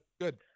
Good